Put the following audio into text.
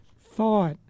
thought